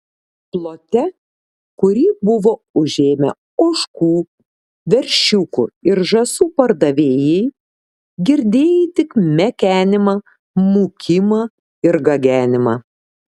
plote kurį buvo užėmę ožkų veršiukų ir žąsų pardavėjai girdėjai tik mekenimą mūkimą ir gagenimą